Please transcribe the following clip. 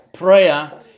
Prayer